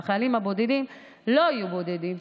והחיילים הבודדים לא יהיו בודדים.